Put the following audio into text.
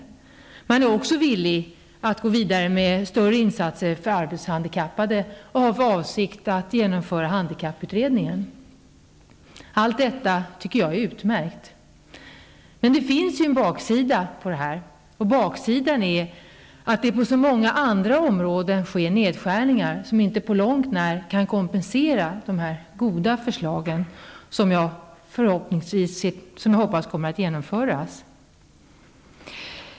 Regeringen är också villig att gå vidare med större insatser för arbetshandikappade och har för avsikt att genomföra handikapputredningens förslag. Allt detta tycker jag är utmärkt. Men det finns en baksida, och den är att det på så många andra områden sker nedskärningar som inte på långt när kan kompenseras genom de här goda förslagen, som förhoppningsvis kommer att genomföras.